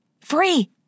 Free